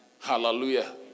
Hallelujah